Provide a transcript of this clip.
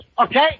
Okay